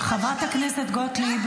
--- שקרים על שקרים על שקרים.